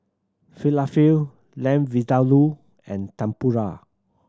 Falafel Lamb Vindaloo and Tempura